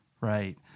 Right